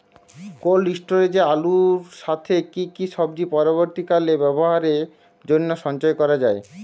Cold স্টোরেজে আলুর সাথে কি কি সবজি পরবর্তীকালে ব্যবহারের জন্য সঞ্চয় করা যায়?